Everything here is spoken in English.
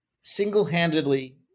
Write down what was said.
single-handedly